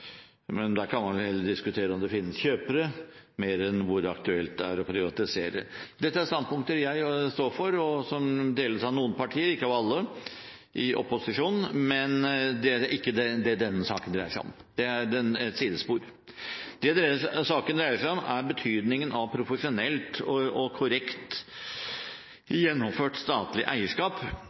men da kan man vel mer diskutere om det finnes kjøpere enn hvor aktuelt det er å privatisere det. Dette er standpunkter jeg står for, og som deles av noen partier – ikke alle – i opposisjonen, men det er ikke det denne saken dreier seg om. Det er et sidespor. Det saken dreier seg om, er betydningen av profesjonelt og korrekt gjennomført statlig eierskap.